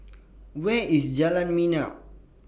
Where IS Jalan Minyak